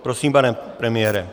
Prosím, pane premiére.